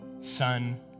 son